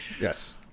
yes